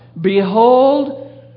Behold